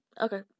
Okay